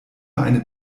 eine